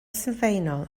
sylfaenol